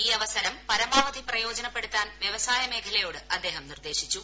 ഈ അവസരം പരമാവധി പ്രയോജനപ്പെടുത്താൻ വ്യവസായ മേഖലയോട് അദ്ദേഹം നിർദ്ദേശിച്ചു